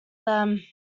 them